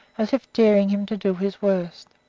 as if daring him to do his worst.